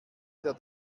der